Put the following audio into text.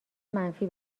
منفی